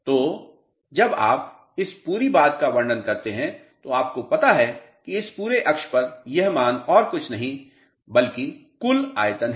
तो जब आप इस पूरी बात का वर्णन करते हैं तो आपको पता है कि इस पूरे अक्ष पर यह मान और कुछ नहीं बल्कि कुल आयतन है